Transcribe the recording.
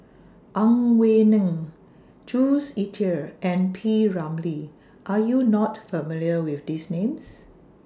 Ang Wei Neng Jules Itier and P Ramlee Are YOU not familiar with These Names